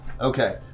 Okay